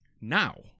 now